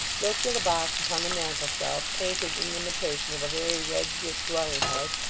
looked at a box upon the mantelshelf, painted in imitation of a very red-brick dwelling-house,